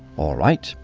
all right. but